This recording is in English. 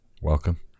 Welcome